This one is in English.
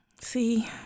See